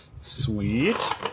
sweet